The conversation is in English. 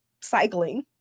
cycling